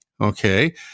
Okay